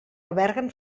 alberguen